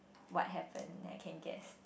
what happen then I can guess